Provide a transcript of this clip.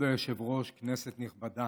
כבוד היושב-ראש, כנסת נכבדה,